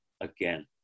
again